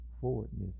forwardness